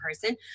person